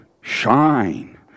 shine